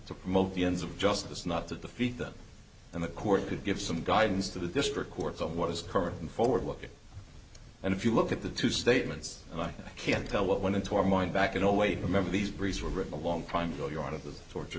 to promote the ends of justice not to defeat them and the court could give some guidance to the district courts of what is current and forward looking and if you look at the two statements and i can't tell what went into our mind back and always remember these breeds were written long prime goal you're one of the torture